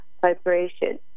vibration